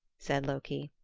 said loki.